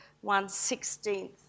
one-sixteenth